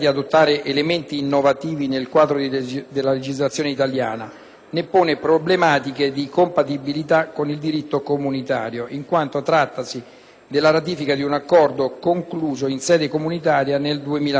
della ratifica di un Accordo concluso in sede comunitaria nel 2004 secondo le procedure proprie dell'Unione europea per la preparazione, il negoziato e la conclusione degli accordi con i Paesi terzi.